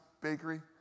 Bakery